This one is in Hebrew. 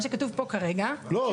מה שכתוב פה כרגע --- לא,